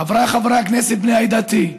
חבריי חברי הכנסת בני עדתי,